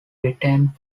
retained